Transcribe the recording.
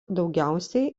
daugiausiai